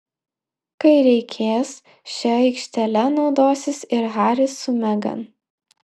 kai reikės šia aikštele naudosis ir haris su megan